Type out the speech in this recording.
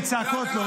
מצעקות לא.